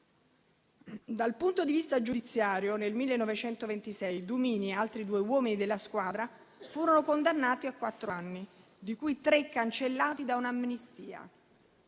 Dal punto di vista giudiziario, nel 1926 Dumini e altri due uomini della squadra furono condannati a quattro anni, di cui tre cancellati da un'amnistia,